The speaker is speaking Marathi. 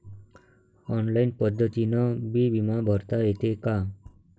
ऑनलाईन पद्धतीनं बी बिमा भरता येते का?